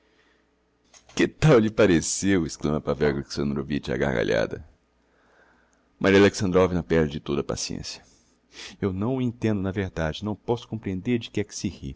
que tal lhe pareceu exclama pavel alexandrovitch á gargalhada maria alexandrovna perde de todo a paciencia eu não o entendo na verdade não posso comprehender de que é que se